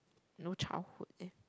no childhood eh